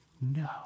No